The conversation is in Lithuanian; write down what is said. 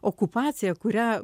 okupaciją kurią